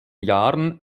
jahren